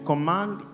Command